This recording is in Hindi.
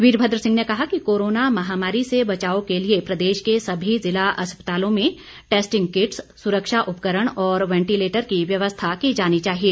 वीरभद्र सिंह ने कहा कि कोरोना महामारी से बचाव के लिए प्रदेश के सभी जिला अस्पतालों में टैस्टिंग किट्स सुरक्षा उपकरण और वेंटीलेटर की व्यवस्था की जानी चाहिए